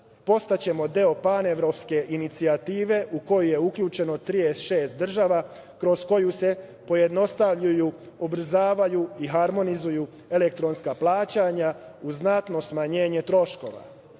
Postaćemo deo panevropske inicijative, u koju je uključeno 36 država, kroz koju se pojednostavljuju, ubrzavaju i harmonizuju elektronska plaćanja, uz znatno smanjenje troškova. Narodna